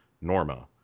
Norma